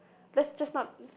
let's just not